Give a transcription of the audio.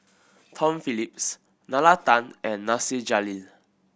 Tom Phillips Nalla Tan and Nasir Jalil